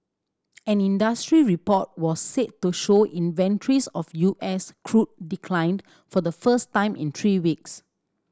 an industry report was said to show inventories of U S crude declined for the first time in three weeks